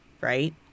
right